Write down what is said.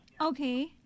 Okay